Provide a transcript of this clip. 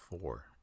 four